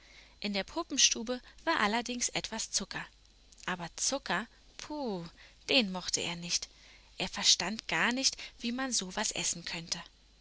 in der puppenstube war allerdings etwas zucker aber zucker puh den mochte er nicht er verstand gar nicht wie man so was essen könnte